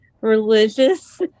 religious